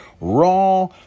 Raw